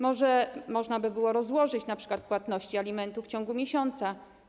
Może można by było rozłożyć np. płatności alimentów w ciągu miesiąca?